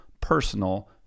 personal